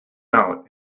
out